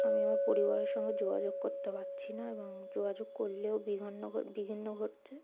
আমি আমার পরিবারের সঙ্গে যোগাযোগ করতে পারছি না এবং যোগাযোগ করলেও বিঘ্ন বিঘিন্ন ঘটছে